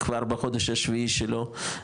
כבר בחודש השביעי שלו,